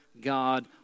God